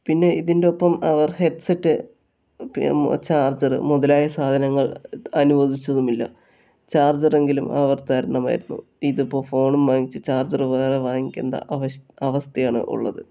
പിന്നെ ഇതിൻ്റെ ഒപ്പം അവർ ഹെഡ്സെറ്റ് പിന്നെ ചാർജർ മുതലായ സാധങ്ങൾ അനുവദിച്ചതുമില്ല ചാർജർ എങ്കിലും അവർ തരണമായിരുന്നു ഇതിപ്പൊൾ ഫോണും വാങ്ങിച്ച് ചാർജർ വേറെ വാങ്ങിക്കേണ്ട അവസ്ഥ അവസ്ഥയാണ് ഉള്ളത്